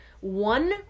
one